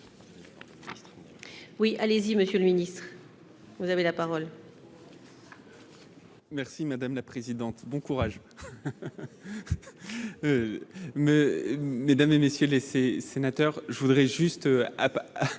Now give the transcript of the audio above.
oui, allez-y monsieur le Ministre, vous avez la parole. Merci madame la présidente, bon courage, mais n'dames et messieurs laissez sénateur je voudrais juste